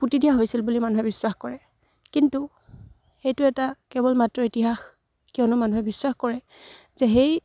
পুতি দিয়া হৈছিল বুলি মানুহে বিশ্বাস কৰে কিন্তু সেইটো এটা কেৱল মাত্ৰ ইতিহাস কিয়নো মানুহে বিশ্বাস কৰে যে সেই